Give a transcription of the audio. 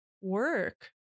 work